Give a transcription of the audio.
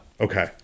Okay